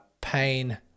pain